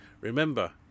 Remember